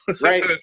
Right